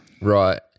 Right